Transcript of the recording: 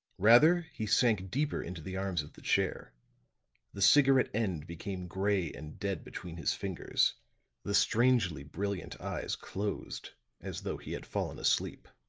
rather he sank deeper into the arms of the chair the cigarette end became gray and dead between his fingers the strangely brilliant eyes closed as though he had fallen asleep.